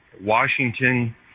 Washington